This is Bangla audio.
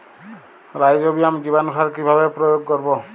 রাইজোবিয়াম জীবানুসার কিভাবে প্রয়োগ করব?